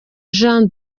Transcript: jean